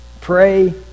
Pray